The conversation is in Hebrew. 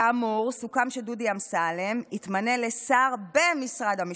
כאמור, סוכם שדודי אמסלם יתמנה לשר במשרד המשפטים,